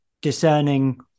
discerning